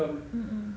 mm